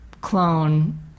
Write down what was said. clone